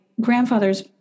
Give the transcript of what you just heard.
grandfather's